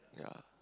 yeah